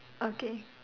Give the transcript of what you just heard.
okay